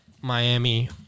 Miami